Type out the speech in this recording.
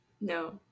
No